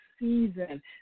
season